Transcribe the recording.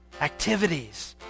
activities